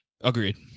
Agreed